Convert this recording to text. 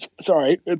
sorry